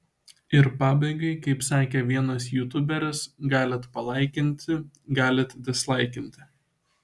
ir pabaigai kaip sakė vienas jutuberis galit palaikinti galit dislaikinti